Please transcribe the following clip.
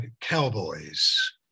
cowboys